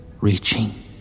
reaching